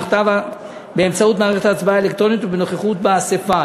באמצעות מערכת ההצבעה האלקטרונית ובנוכחות באספה.